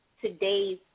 today's